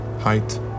height